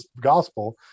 gospel